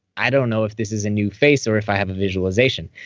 i don't know if this is a new face or if i have a visualization.